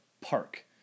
park